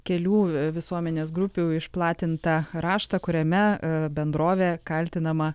kelių visuomenės grupių išplatintą raštą kuriame bendrovė kaltinama